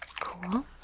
Cool